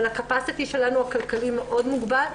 אבל ה-capacity הכלכלי שלנו מאוד מוגבל.